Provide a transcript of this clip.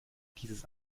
dieses